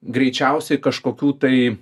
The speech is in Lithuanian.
greičiausiai kažkokių tai